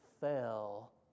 fell